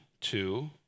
two